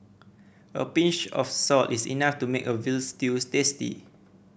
a pinch of salt is enough to make a veal stews tasty